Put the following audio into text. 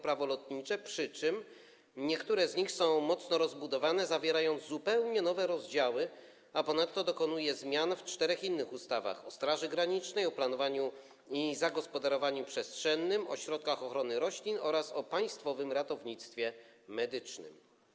Prawo lotnicze, przy czym niektóre z nich są mocno rozbudowane, zawierają zupełnie nowe rozdziały, a ponadto dokonuje zmian w czterech innych ustawach: o Straży Granicznej, o planowaniu i zagospodarowaniu przestrzennym, o środkach ochrony roślin oraz o Państwowym Ratownictwie Medycznym.